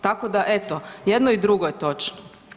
Tako da eto, jedno i drugo je točno.